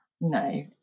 No